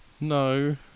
No